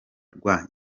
rwa